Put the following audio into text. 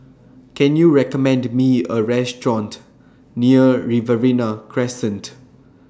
Can YOU recommend Me A Restaurant near Riverina Crescent